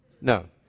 No